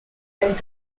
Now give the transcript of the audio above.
and